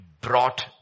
brought